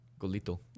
Golito